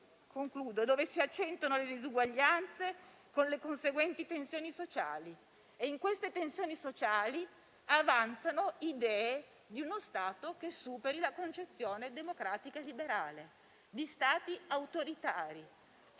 dove si accentuano le disuguaglianze con le conseguenti tensioni sociali e in queste tensioni sociali avanzano idee di uno Stato che superi la concezione democratica e liberale di Stati autoritari.